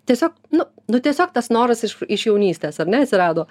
tiesiog nu nu tiesiog tas noras iš iš jaunystės ar ne atsirado